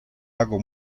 lago